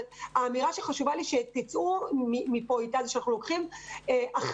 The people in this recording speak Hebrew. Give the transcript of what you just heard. האמירה שחשוב לי שתצאו מפה איתה היא שאנחנו לוקחים אחריות